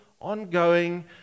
ongoing